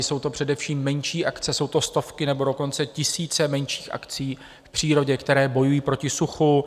Jsou to především menší akce, jsou to stovky, nebo dokonce tisíce menších akcí v přírodě, které bojují proti suchu.